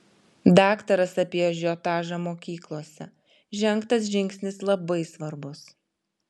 daktaras apie ažiotažą mokyklose žengtas žingsnis labai svarbus